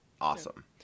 awesome